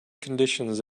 conditions